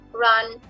Run